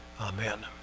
Amen